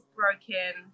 broken